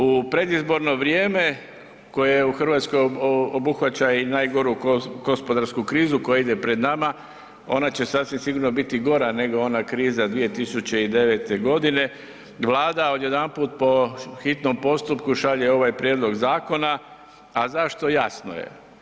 U predizborno vrijeme koje u Hrvatskoj obuhvaća i najgoru gospodarsku krizu koja ide pred nama, ona će sasvim sigurno biti gora nego ona kriza 2009. g., Vlada odjedanput po hitnom postupku šalje ovaj prijedlog zakona, a zašto, jasno je.